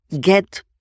get